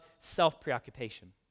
self-preoccupation